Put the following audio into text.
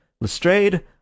Lestrade